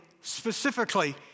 specifically